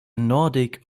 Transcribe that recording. nordic